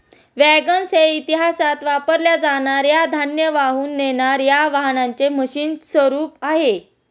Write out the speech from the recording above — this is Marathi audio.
वॅगन्स हे इतिहासात वापरल्या जाणार या धान्य वाहून नेणार या वाहनांचे मशीन स्वरूप आहे